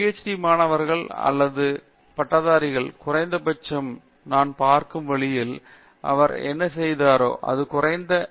D மாணவர்கள் அல்லது பட்டதாரிகள் குறைந்தபட்சம் நாம் பார்க்கும் வழியில் அவர் என்ன செய்தாரோ அது குறைந்தபட்சம்